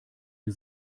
die